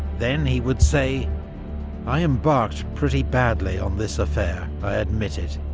then, he would say i embarked pretty badly on this affair, i admit it.